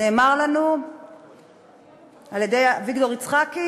נאמר לנו על-ידי אביגדור יצחקי